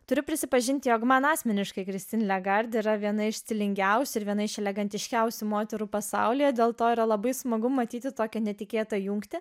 turiu prisipažinti jog man asmeniškai kristi yra viena iš stilingiausių ir viena iš elegantiškiausių moterų pasaulyje dėl to yra labai smagu matyti tokią netikėtą jungtį